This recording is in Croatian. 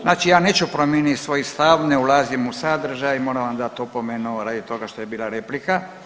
Znači ja neću promijeniti svoj stav, ne ulazim u sadržaj, moram vam dati opomenu radi toga što je bila replika.